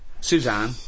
Suzanne